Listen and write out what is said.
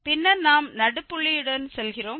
பின்னர் நாம் நடுப்புள்ளியுடன் செல்கிறோம்